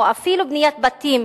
או אפילו בניית בתים,